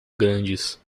grandes